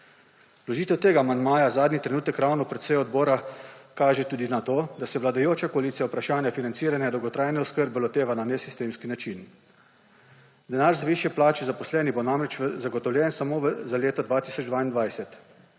Vložitev tega amandmaja zadnji trenutek ravno pred seboj odbora kaže tudi na to, da se vladajoča koalicija vprašanja financiranja dolgotrajne oskrbe loteva na nesistemski način. Denar za višje plače zaposlenih bo namreč zagotovljen samo za leto 2022.